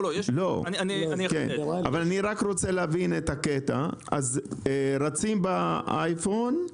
אני רק רוצה להבין את הקטע: אז רצים באייפון,